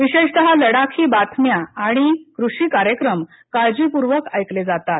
विशेषतः लडाखी बातम्या किंवा कृषी कार्यक्रम काळजीपूर्वक ऐकले जातात